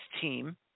team